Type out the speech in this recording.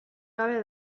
gabe